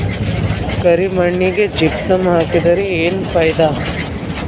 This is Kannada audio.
ಕರಿ ಮಣ್ಣಿಗೆ ಜಿಪ್ಸಮ್ ಹಾಕಿದರೆ ಏನ್ ಫಾಯಿದಾ?